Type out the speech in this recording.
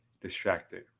distracted